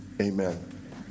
amen